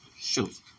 Shoot